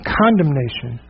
condemnation